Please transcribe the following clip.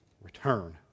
return